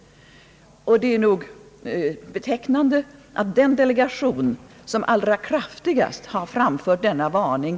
Jag finner det betecknande att den brittiska delegationen allra kraftigast har framfört denna varning.